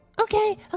Okay